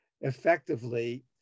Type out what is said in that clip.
effectively